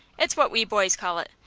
it's what we boys call it.